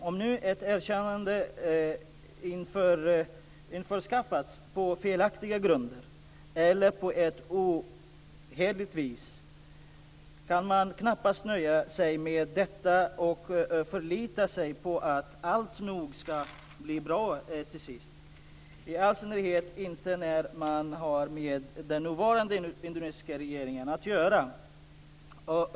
Om ett erkännande nu införskaffats på felaktiga grunder eller på ett ohederligt vis kan man knappast nöja sig med detta och förlita sig på att allt skall bli bra till sist, i all synnerhet inte när man har med den nuvarande indonesiska regeringen att göra.